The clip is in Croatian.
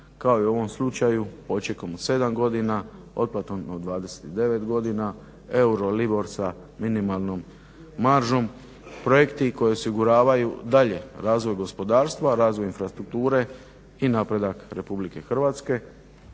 kao i u ovom slučaju počekom od 7 godina, otplatom od 29 godina, eurolibor sa minimalnom maržom, projekti koji osiguravaju dalje razvoj gospodarstva, razvoj infrastrukture i napredak Republike Hrvatske.